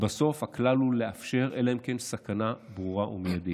בסוף הכלל הוא לאפשר אלא אם כן יש סכנה ברורה ומיידית.